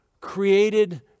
created